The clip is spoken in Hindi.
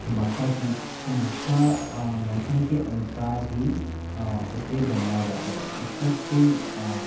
मक्का की तो मक्का मौसम के अनुसार ही उसे बनाया जाता है उसका कोई